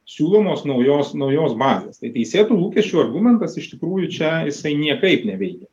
siūlomos naujos naujos bazės tai teisėtų lūkesčių argumentas iš tikrųjų čia jisai niekaip neveikia